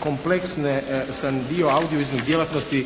kompleksan dio audiovizualnih djelatnosti